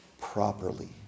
properly